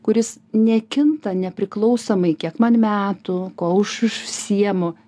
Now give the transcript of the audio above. kuris nekinta nepriklausomai kiek man metų kuo aš užsiimu